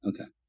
Okay